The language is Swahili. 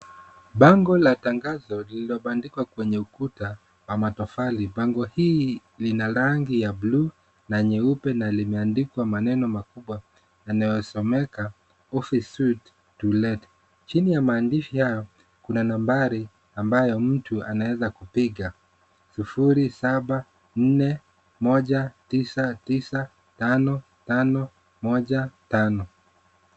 Bango la tangazo lililobandikwa kwenye ukuta wa matofali. Bango hii lina rangi ya buluu na nyeupe na limeandikwa maneno makubwa yanayosomeka office suite to let .Chini ya maandishi haya kuna nambari ambayo mtu anaweza kupiga 0741995515.